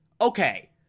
Okay